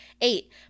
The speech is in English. Eight